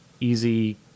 easy